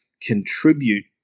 contribute